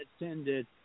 attended